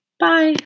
Bye